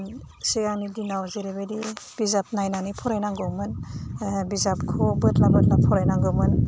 सिगांनि दिनाव जेरैबायदि बिजाब नायनानै फरायनांगौमोन बिजाबखौ बोदला बोदला फरायनांगौमोन